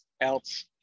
else